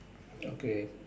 okay